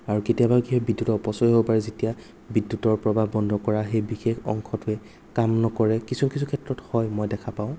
আৰু কেতিয়াবা সেই বিদ্যুতৰ অপচয়ো হ'ব পাৰে যেতিয়া বিদ্যুতৰ প্ৰৱাহ বন্ধ কৰা সেই বিশেষ অংশটোৱে কাম নকৰে কিছু কিছু ক্ষেত্ৰত হয় মই দেখা পাওঁ